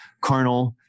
carnal